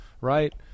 right